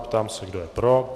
Ptám se, kdo je pro.